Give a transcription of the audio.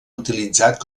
utilitzat